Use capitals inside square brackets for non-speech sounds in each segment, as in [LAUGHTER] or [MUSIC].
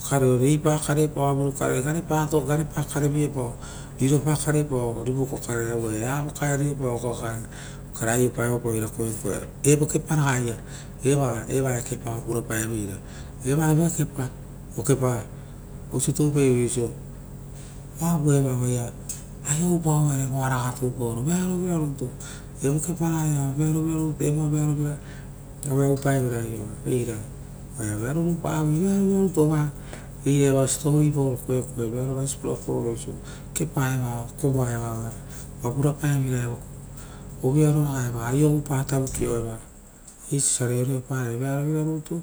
Vokareo reipakare epao avuru kare garepato, garepa kareviepao, riropakare epao vokareo rivukokare oa avo kaerioepao okarea aiopaoepao eira koekoe. Evo kepa ragaia [HESITATION] evaia kepa oa pura paeveira. Eva eva kepa okepa oisio toupai voi oavu eva oaia aio oupaovene evoaraga toupaoro vearovira rutu evo keparaga ia vearo vira rutu, evo a vearo vira aue ou paevere ai oa, oaia rorupavoi, veareovira rutu eira iava siposipo paoro koekoe vearovaisi purapaoro osio kepaeva koroaoro eva oira oa purapae veira uvuiaro raga eva aio oupa tavuki eva eisi osia reoreo parai. Vearovira rutu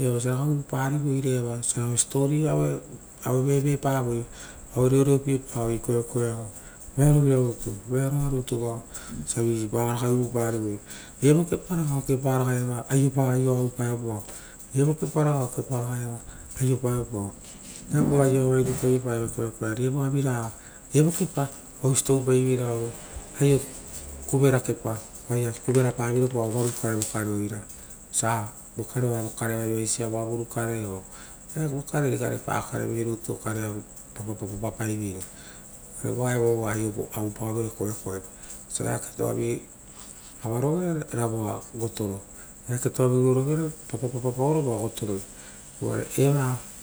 iu osia ragai uyuparivoi osia siposipo pavoi aue vevepavoi au e reorepie pavoi koekoe iava, vearovira rutu, vearoa rutu vao viva ragai uvuparivoi evo kepa'ragaa okepa iava aioa oupaoepao, evo kepa raga okepa oaraiava aiopaoepao. Viapau aiooavai rutu aiopaevi koekoe [NOISE] ari evoavioga evo kepa oa oisi toupaiveira oisia aio kuvera kepa oaia kuvenapaviropao varukare vokre o oira vosa vokareo a vokareo okarea vaivaisia avo, avurukare oo evokareri garepa karevi rutu okare vi rutu pa [HESITATION] paiveira evoa evoa uva aio oupaoveira koekoe vosia eake toavi avarovere ra voa gotoro, eaketoavi uro rovere voa pa [HESITATION] papaoro ravoa gotoroi uvare eva.